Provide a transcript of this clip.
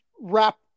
wrap